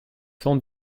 sans